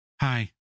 Hi